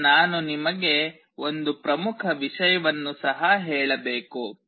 ಈಗ ನಾನು ನಿಮಗೆ ಒಂದು ಪ್ರಮುಖ ವಿಷಯವನ್ನು ಸಹ ಹೇಳಬೇಕು